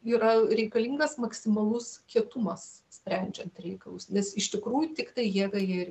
yra reikalingas maksimalus kietumas sprendžiant reikalus nes iš tikrųjų tiktai jėgą jie ir